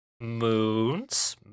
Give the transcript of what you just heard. moons